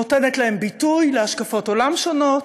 נותנת ביטוי להשקפות עולם שונות,